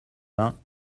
vingts